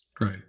Right